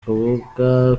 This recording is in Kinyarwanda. kabuga